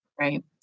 Right